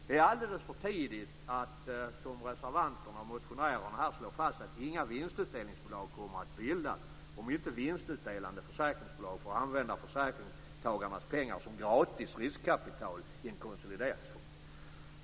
Det är alldeles för tidigt att, som reservanterna och motionärerna, här slå fast att inga vinstutdelningsbolag kommer bildas om inte vinstutdelande försäkringsbolag får använda försäkringstagarnas pengar som gratis riskkapital i en konsolideringsfond.